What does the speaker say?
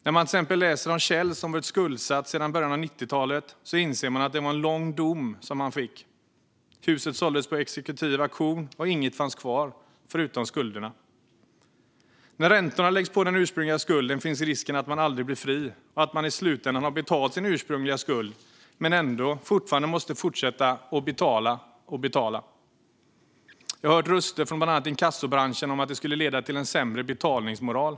När man till exempel läser om Kjell som varit skuldsatt sedan början av 90-talet inser man att det var en lång dom han fick. Huset såldes på exekutiv auktion, och inget fanns kvar förutom skulderna. När räntorna läggs på den ursprungliga skulden finns risken att man aldrig blir fri och att man i slutänden har betalat sin ursprungliga skuld men ändå fortfarande måste fortsätta att betala och betala. Jag har hört röster från bland annat inkassobranschen om att detta skulle leda till sämre betalningsmoral.